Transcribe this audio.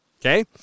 Okay